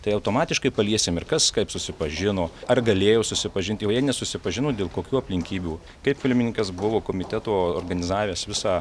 tai automatiškai paliesim ir kas kaip susipažino ar galėjo susipažinti o jei nesusipažino dėl kokių aplinkybių kaip filmininkas buvo komiteto organizavęs visą